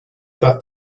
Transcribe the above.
that